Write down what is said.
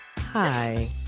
Hi